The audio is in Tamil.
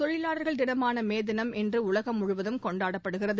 தொழிலாளர்கள் தினமான மே தினம் இன்று உலகம் முழுவதும் கொண்டாடப்படுகிறது